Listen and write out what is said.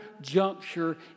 juncture